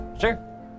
Sure